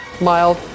mild